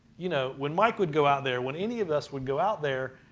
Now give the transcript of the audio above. you know, when mike would go out there, when any of us would go out there.